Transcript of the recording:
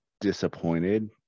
disappointed